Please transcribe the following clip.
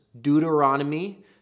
Deuteronomy